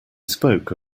spoke